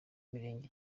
b’imirenge